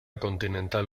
continental